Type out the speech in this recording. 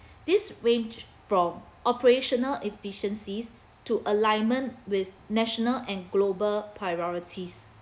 these range from operational efficiencies to alignment with national and global priorities